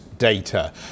data